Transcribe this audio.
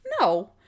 no